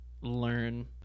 learn